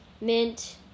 Mint